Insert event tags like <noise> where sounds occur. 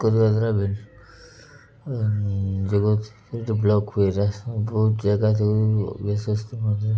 କରିବା ଦ୍ୱାରା ବି ଯେଉଁ ବ୍ଲକ ହୁଏ <unintelligible> ସବୁ ଜାଗା <unintelligible>